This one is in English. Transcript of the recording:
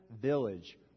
village